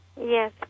Yes